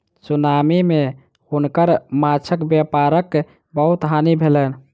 tsunami मे हुनकर माँछक व्यापारक बहुत हानि भेलैन